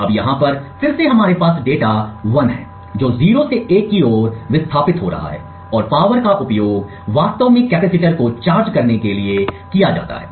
अब यहाँ पर फिर से हमारे पास डेटा 1 है जो 0 से 1 की ओर विस्थापित हो रहा है और पावर का उपयोग वास्तव में कैपेसिटर को चार्ज करने के लिए किया जाता है